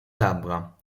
labbra